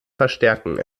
verstärken